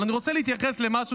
אבל אני רוצה להתייחס למה,